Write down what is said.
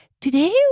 Today